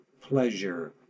pleasure